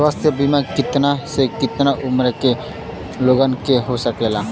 स्वास्थ्य बीमा कितना से कितना उमर के लोगन के हो सकेला?